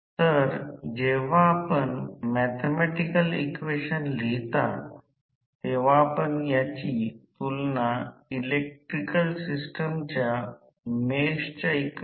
तर हे म्हणजे इंडक्शन मशीन समतुल्य सर्किट परंतु r c येथे दर्शविलेले नाही आम्ही ते दर्शवू